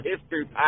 History